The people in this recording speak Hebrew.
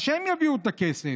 אז שהם יביאו את הכסף.